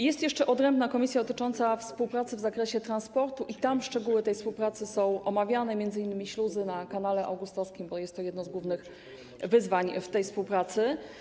Jest jeszcze odrębna komisja zajmująca się współpracą w zakresie transportu i tam szczegóły tej współpracy są omawiane, m.in. chodzi o śluzy na Kanale Augustowskim, bo jest to jedno z głównych wyzwań w tej współpracy.